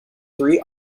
three